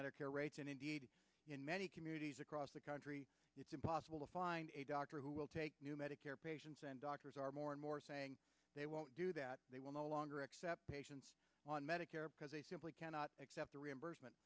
medicare rates and in many communities across the country it's impossible to find a doctor who will take medicare patients and doctors are more and more saying they won't do that they will no longer accept patients on medicare because they simply cannot accept the reimbursement